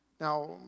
Now